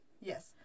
Yes